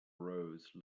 rose